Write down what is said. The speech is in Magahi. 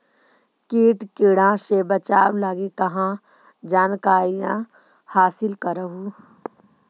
किट किड़ा से बचाब लगी कहा जानकारीया हासिल कर हू?